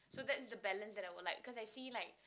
so that's the balance that I would like because I see like